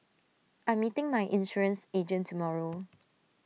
I am meeting my insurance agent tomorrow